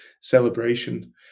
celebration